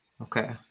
Okay